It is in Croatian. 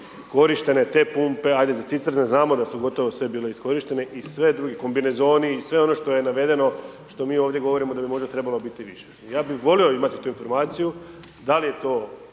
korištene te pumpe, ajde za cisterne znamo da su gotovo sve bile iskorištene i sve drugi kombinezoni i sve ono što je navedeno, što mi ovdje govorimo da bi možda trebalo biti više. Ja bi volio imati tu informaciju da li je to